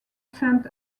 saint